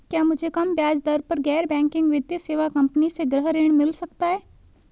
क्या मुझे कम ब्याज दर पर गैर बैंकिंग वित्तीय सेवा कंपनी से गृह ऋण मिल सकता है?